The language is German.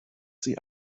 sie